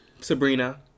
Sabrina